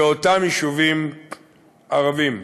באותם יישובים ערביים.